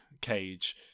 Cage